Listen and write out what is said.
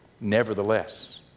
Nevertheless